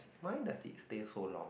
why does it stay so long